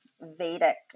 Vedic